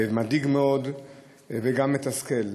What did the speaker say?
מדאיג מאוד וגם מתסכל.